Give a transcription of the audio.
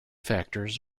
factors